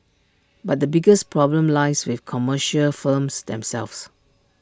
but the biggest problem lies with commercial firms themselves